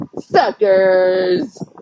Suckers